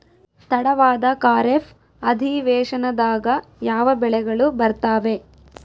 ತಡವಾದ ಖಾರೇಫ್ ಅಧಿವೇಶನದಾಗ ಯಾವ ಬೆಳೆಗಳು ಬರ್ತಾವೆ?